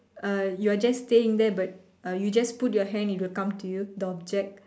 uh you're just staying there but uh you just put your hand it will just come to you the object